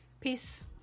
Peace